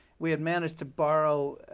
we had managed to borrow